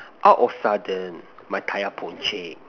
out of sudden my tire punctured